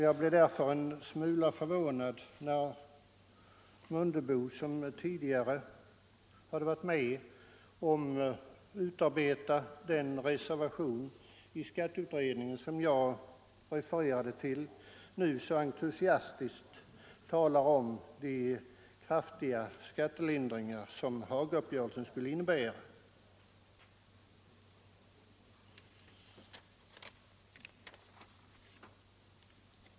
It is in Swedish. Jag blev därför en smula förvånad när herr Mundebo, som tidigare hade varit med om att utarbeta den reservation i skatteutredningen jag refererade till, nu så entusiastiskt talade om de kraftiga skattelindringar som Hagauppgörelsen skulle innebära.